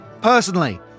personally